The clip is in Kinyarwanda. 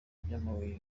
by’amabuye